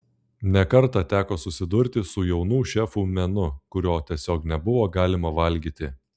ne kartą teko susidurti su jaunų šefų menu kurio tiesiog nebuvo galima valgyti